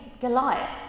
Goliath